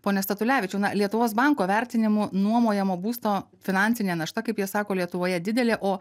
pone statulevičiau na lietuvos banko vertinimu nuomojamo būsto finansinė našta kaip jie sako lietuvoje didelė o